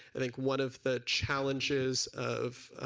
i think one of the challenges of